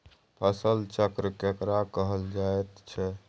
फसल चक्र केकरा कहल जायत छै?